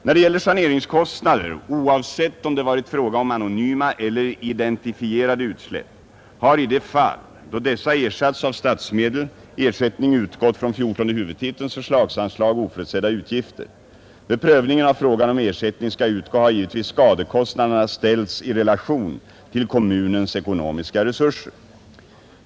När det gäller saneringskostnader — oavsett om det varit fråga om anonyma eller identifierade utsläpp — har i de fall, då dessa ersatts av statsmedel, ersättning utgått från fjortonde huvudtitelns förslagsanslag Oförutsedda utgifter. Vid prövningen av frågan om ersättning skall utgå har givetvis skadekostnaderna ställts i relation till kommunens ekonomiska resurser.